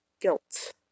guilt